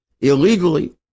illegally